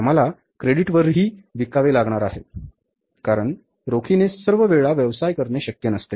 आम्हाला क्रेडिटवरही विकावे लागणार आहे कारण रोखीने सर्व वेळा व्यवसाय करणे शक्य नसते